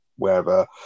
wherever